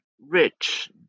rich